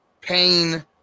pain